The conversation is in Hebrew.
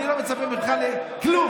אני לא מצפה ממך לכלום.